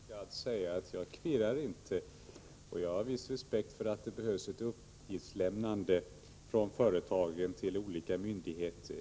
Herr talman! Jag vill bara till Arne Gadd säga att jag kvirrar inte, och jag har viss respekt för att det behövs ett uppgiftslämnande från företagen till olika myndigheter.